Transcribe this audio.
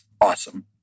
awesome